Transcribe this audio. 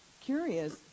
curious